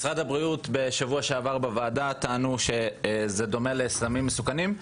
משרד הבריאות בוועדה בשבוע שעבר טענו שזה דומה לסמים מסוכנים.